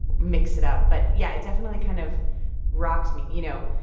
mix it up. but, yeah, it definitely kind of rocked me, you know,